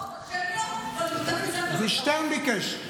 זה שטרן ביקש.